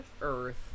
Earth